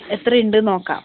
എത്രയുണ്ട് എന്ന് നോക്കാം